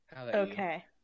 Okay